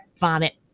vomit